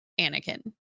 Anakin